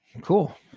Cool